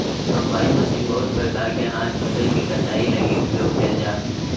combine machine बहुत प्रकार के अनाज फसल के कटाई लगी उपयोग कयल जा हइ